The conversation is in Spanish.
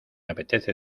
apetece